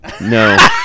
No